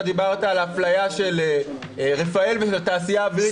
אתה דיברת על האפליה של רפא"ל ושל התעשייה האווירית.